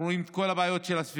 אנחנו רואים את כל הבעיות הסביבתיות.